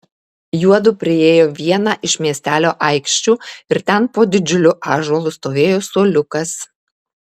juodu priėjo vieną iš miestelio aikščių ir ten po didžiuliu ąžuolu stovėjo suoliukas